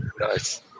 Nice